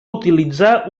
utilitzar